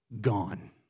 gone